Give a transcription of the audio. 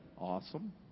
Awesome